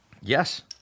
Yes